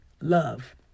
Love